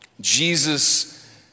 Jesus